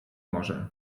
może